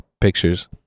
pictures